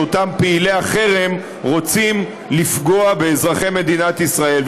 ואותם פעילי החרם רוצים לפגוע באזרחי מדינת ישראל.